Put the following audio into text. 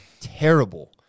terrible